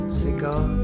cigar